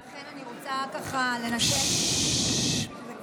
ואכן, אני רוצה ככה לנסות, מאוד